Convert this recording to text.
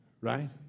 right